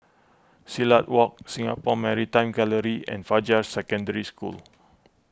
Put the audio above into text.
Silat Walk Singapore Maritime Gallery and Fajar Secondary School